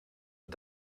but